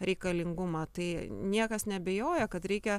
reikalingumą tai niekas neabejoja kad reikia